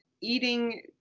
eating